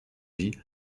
vie